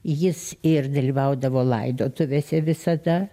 jis ir dalyvaudavo laidotuvėse visada